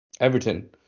Everton